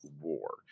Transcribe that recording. war